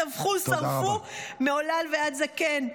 טבחו ושרפו מעולל ועד זקן.